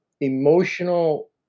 emotional